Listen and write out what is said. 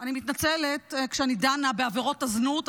אני מתנצלת שאני דנה בעבירות הזנות,